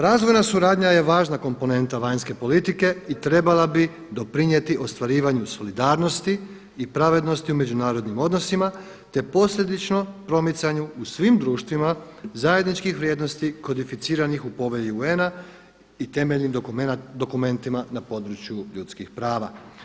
Razvojna suradnja je važna komponenta vanjske politike i trebala bi doprinijeti ostvarivanju solidarnosti i pravednosti u međunarodnim odnosima, te posljedično promicanju u svim društvima zajedničkih vrijednosti kodificiranih u Povelji UN-a i temeljnim dokumentima na području ljudskih prava.